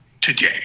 today